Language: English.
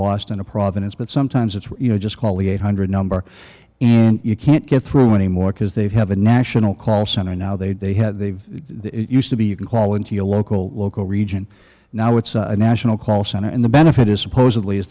boston of providence but sometimes it's you know just call the eight hundred number and you can't get through anymore because they have a national call center now they they have they used to be you can call in to your local local region now it's a national call center and the benefit is supposedly is